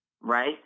right